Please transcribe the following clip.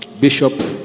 Bishop